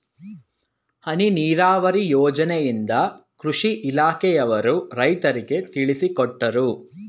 ಹನಿ ನೀರಾವರಿ ಯೋಜನೆಯಿಂದ ಕೃಷಿ ಇಲಾಖೆಯವರು ರೈತರಿಗೆ ತಿಳಿಸಿಕೊಟ್ಟರು